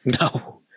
No